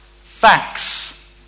facts